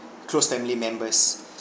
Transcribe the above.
close family members